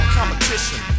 competition